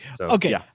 Okay